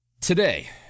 Today